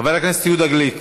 חבר הכנסת יהודה גליק,